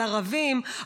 על ערבים.